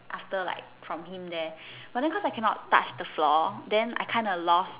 after like from him there but then cause I cannot touch the floor then I kinda lost